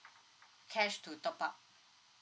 cash to top up